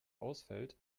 ausfällt